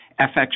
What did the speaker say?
FX